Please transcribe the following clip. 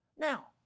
Now